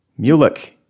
Mulek